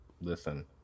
listen